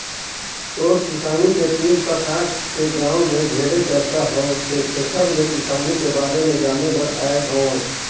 तोर किसानी के तीर तखार के गांव में ढेरे चरचा होवथे तेकर ले किसानी के बारे में जाने बर आये हंव